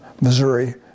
Missouri